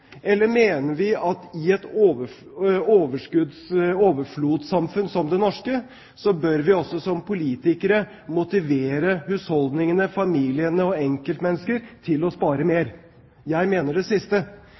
Eller bør vi som politikere, i et overflodssamfunn som det norske, motivere husholdningene, familiene og enkeltmennesker til å spare mer? Jeg mener det siste.